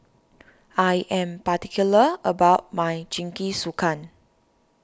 I am particular about my Jingisukan